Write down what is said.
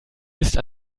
ist